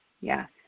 yes